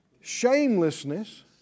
Shamelessness